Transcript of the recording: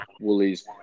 Woolies